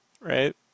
right